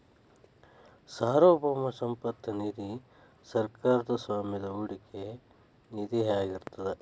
ಸಾರ್ವಭೌಮ ಸಂಪತ್ತ ನಿಧಿ ಸರ್ಕಾರದ್ ಸ್ವಾಮ್ಯದ ಹೂಡಿಕೆ ನಿಧಿಯಾಗಿರ್ತದ